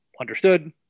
understood